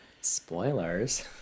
Spoilers